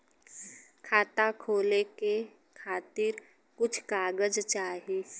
खाता खोले के खातिर कुछ कागज चाही?